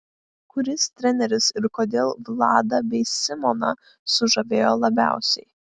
kuris treneris ir kodėl vladą bei simoną sužavėjo labiausiai